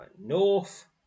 North